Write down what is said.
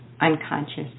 unconscious